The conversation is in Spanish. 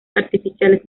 artificiales